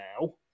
now